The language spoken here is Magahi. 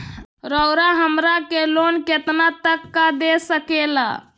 रउरा हमरा के लोन कितना तक का दे सकेला?